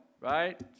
right